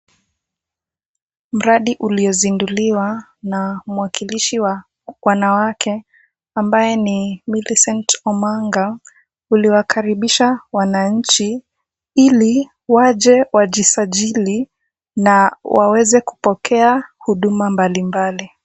Mradi uliozinduliwa na mwakilishi wa wanawake ambaye ni Millicent Omanga, uliwakaribisha wananchi ili waje wajisajili na waweze kupokea huduma mbalimbali.